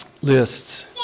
lists